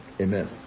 Amen